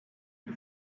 qui